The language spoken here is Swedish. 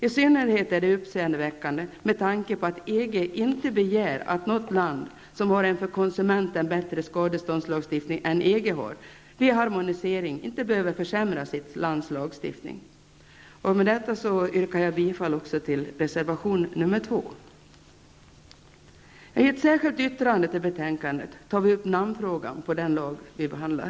I synnerhet är det uppseendeväckande med tanke på att EG inte begär att ett land som har en för konsumenten bättre skadeståndslagstiftning än EG vid en harmonisering försämrar sitt lands lagstiftning. Jag yrkar med det anförda bifall till reservation nr I ett särskilt yttrande till betänkandet tar vi upp frågan om namnet på den lag vi behandlar.